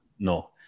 No